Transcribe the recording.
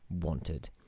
wanted